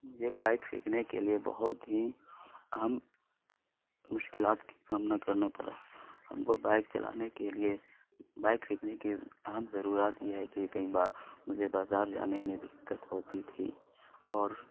مجھے بائک سیکھنے کے لیے بہت ہی اہم مشکلات کا سامنا کرنا پڑا ہم کو بائک چلانے کے لیے بائک سیکھنے کی اہم ضروریات یہ ہے کہ کئی بار مجھے بازار جانے میں دقت ہوتی تھی اور